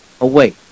away